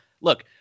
Look